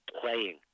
playing